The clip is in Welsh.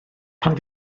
pan